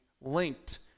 linked